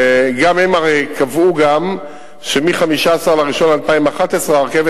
הם הרי קבעו גם שמ-15 בינואר 2011 הרכבת